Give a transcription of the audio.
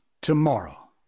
tomorrow